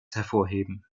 hervorheben